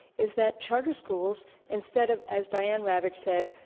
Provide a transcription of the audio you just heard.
is that charter schools instead of, as diane ravitch said,